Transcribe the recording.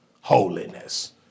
holiness